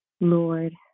Lord